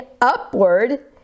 upward